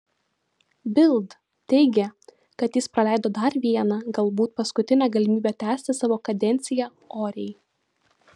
bild teigė kad jis praleido dar vieną galbūt paskutinę galimybę tęsti savo kadenciją oriai